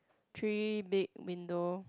three big window